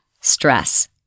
stress